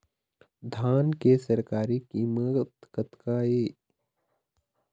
धान के सरकारी कीमत कतका हे?